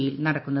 E യിൽ നടക്കുന്നത്